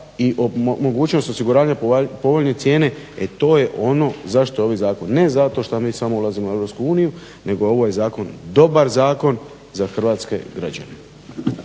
i mogućnost osiguravanja povoljne cijene. E to je ono za što je ovaj zakon. Ne zato šta mi samo ulazimo u EU, nego je ovaj Zakon dobar zakon za hrvatske građane.